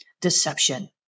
deception